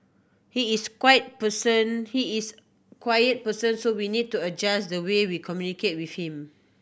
he is quiet person he is quiet person so we need to adjust the way we communicate with him